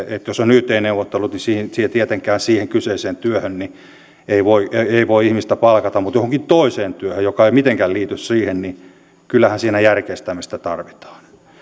jos on yt neuvottelut niin siihen kyseiseen työhön ei voi ei voi ihmistä palkata vaan johonkin toiseen työhön ja joskus toinen työ ei mitenkään liity siihen kyseiseen työhön niin että kyllähän siinä järkeistämistä tarvitaan